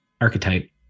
archetype